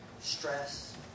stress